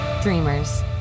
dreamers